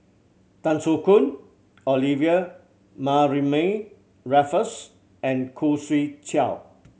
Tan Soo Khoon Olivia Mariamne Raffles and Khoo Swee Chiow